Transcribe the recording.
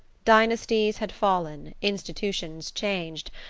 dynasties had fallen, institutions changed,